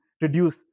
reduce